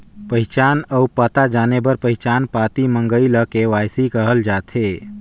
पहिचान अउ पता जाने बर पहिचान पाती मंगई ल के.वाई.सी कहल जाथे